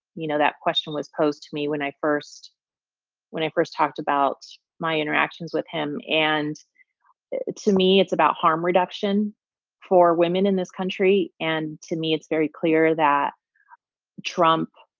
you know, that question was posed to me when i first when i first talked about my interactions with him. and to me, it's about harm reduction for women in this country. and to me, it's very clear that trump,